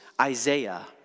Isaiah